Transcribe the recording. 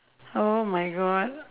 oh my god